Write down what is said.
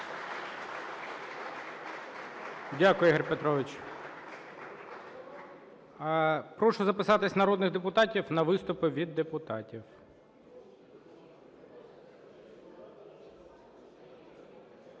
Дякую, Ігор Петрович. Прошу записатися народних депутатів на виступи від депутатів.